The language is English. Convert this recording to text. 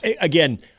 again